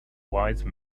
wise